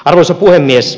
arvoisa puhemies